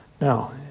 Now